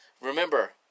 Remember